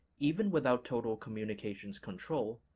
even without total communications control,